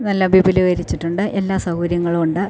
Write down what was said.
നല്ല വിപുലീകരിച്ചിട്ടുണ്ട് എല്ലാ സൗകര്യങ്ങളും ഉണ്ട്